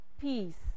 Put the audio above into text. peace